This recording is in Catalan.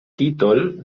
títol